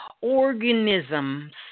organisms